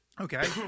Okay